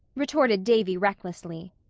retorted davy recklessly.